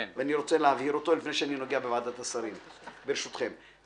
אני רוצה להבהיר אותו לפני שאני נוגע בוועדת השרים: ראו,